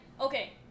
okay